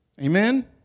Amen